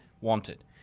wanted